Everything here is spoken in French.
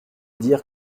dire